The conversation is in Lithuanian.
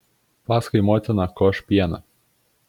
paskui motina koš pieną